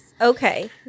Okay